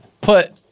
put